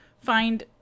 find